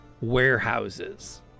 warehouses